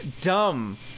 dumb